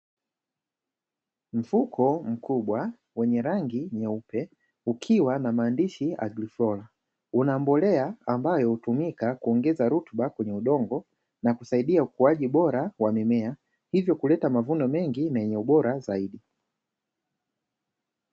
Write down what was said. Mfuko mkubwa wenye rangi nyeupe ukiwa na maandishi "agripolis", una mbolea ambayo hutumika kuongeza rutuba kwenye udongo na kusaidia ukuaji bora wa mimea, hivyo kuleta mavuno mengi na yenye ubora zaidi.